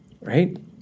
Right